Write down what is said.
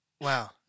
Wow